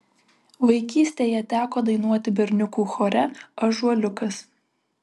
vaikystėje teko dainuoti berniukų chore ąžuoliukas